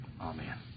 Amen